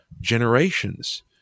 generations